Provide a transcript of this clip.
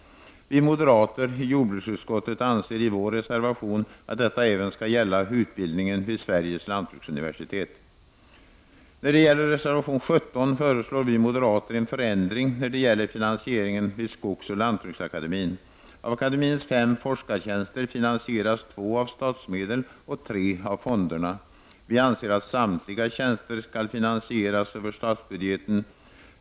Vi moderater i jordbruksutskottet anser i vår reservation att detta även skall gälla utbildningen vid Sveriges lantbruksuniversitet. När det gäller reservation 17 föreslår vi moderater en förändring av finansieringen vid Skogsoch lantbruksakademien. Av akademiens fem forskartjänster finansieras två av statsmedel och tre av fonderna. Vi anser att samtliga tjänster skall finansieras över statsbudgeten.